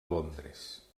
londres